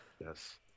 Yes